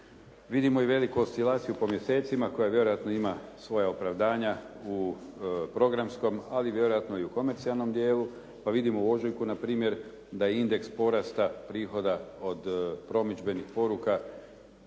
Vidimo i veliku oscilaciju po mjesecima koja vjerojatno ima svoja opravdanja u programskom ali vjerojatno i u komercijalnom dijelu, pa vidimo u ožujku na primjer da je indeks porasta prihoda od promidžbenih poruka